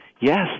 Yes